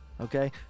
okay